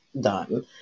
done